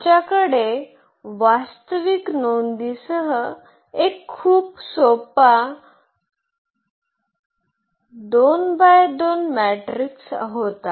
आमच्याकडे वास्तविक नोंदींसह एक खूप सोपा 2 बाय 2 मॅट्रिक्स होता